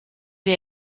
wir